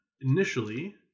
initially